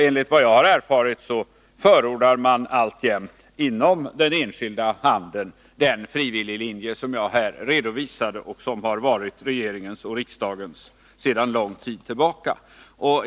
Enligt vad jag har erfarit förordar man alltjämt inom den enskilda handeln den frivilliglinje som jag här redovisat och som har varit regeringens och riksdagens sedan lång tid tillbaka.